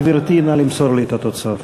גברתי, נא למסור לי את התוצאות.